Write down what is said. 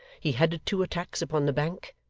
he headed two attacks upon the bank,